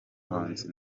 muhanzi